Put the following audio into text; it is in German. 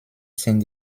sind